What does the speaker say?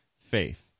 faith